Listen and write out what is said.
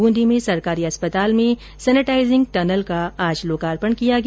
बूंदी में सरकारी अस्पताल में सेनेटाइजिंग टैनल का आज लोकार्पण किया गया